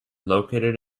located